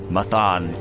Mathan